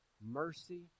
mercy